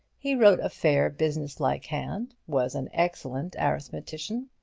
he wrote a fair business-like hand, was an excellent arithmetician,